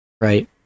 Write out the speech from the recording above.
right